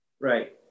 Right